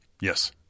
Yes